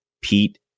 Pete